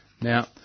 Now